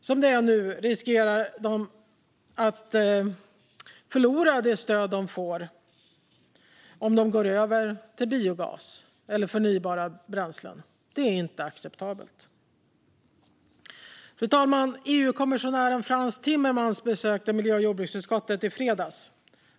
Som det är nu riskerar de att förlora det stöd de får om de går över till biogas eller förnybara bränslen. Det är inte acceptabelt. Fru talman! EU-kommissionären Frans Timmermans besökte miljö och jordbruksutskottet i fredags.